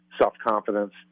self-confidence